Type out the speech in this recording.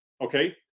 Okay